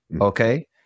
okay